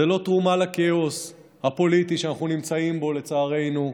זו לא תרומה לכאוס הפוליטי שאנחנו נמצאים בו לצערנו,